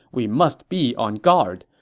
we must be on guard.